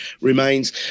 remains